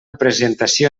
presentació